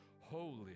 holy